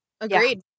Agreed